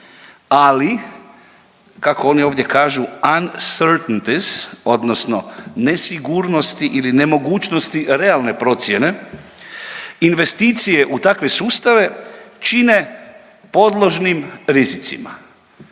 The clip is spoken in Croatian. ali kako oni ovdje kažu unsurtinties odnosno nesigurnosti ili nemogućnosti realne procjene, investicije u takve sustave čine podložnim rizicima.